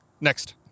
next